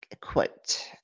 quote